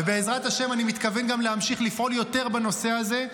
ובעזרת השם אני מתכוון גם להמשיך לפעול יותר בנושא הזה,